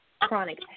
chronic